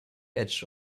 edge